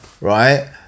right